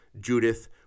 Judith